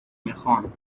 میخان